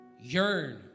Yearn